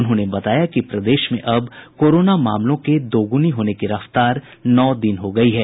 उन्होंने बताया कि प्रदेश में अब कोरोना मामलों के दोगुनी होने की रफ्तार नौ दिन हो गयी है